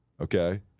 Okay